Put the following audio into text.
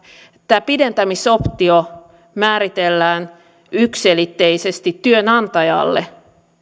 tämä pidentämisoptio määritellään yksiselitteisesti työnantajalle